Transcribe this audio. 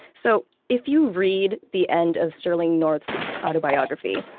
so if you read the end of sterling north's autobiography,